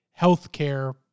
healthcare